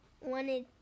wanted